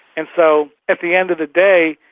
and so at the end of the day,